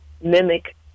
mimic